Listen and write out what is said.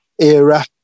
era